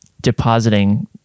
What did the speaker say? depositing